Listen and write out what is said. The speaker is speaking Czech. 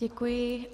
Děkuji.